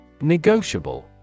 Negotiable